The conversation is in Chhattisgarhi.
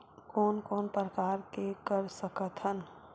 कोन कोन प्रकार के कर सकथ हन?